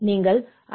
நீங்கள் ஐ